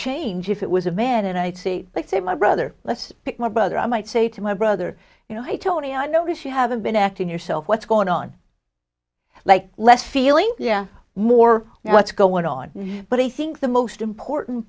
change if it was a man and i'd say let's say my brother let's pick my brother i might say to my brother you know i told you i notice you haven't been acting yourself what's going on like less feeling yeah more what's going on but i think the most important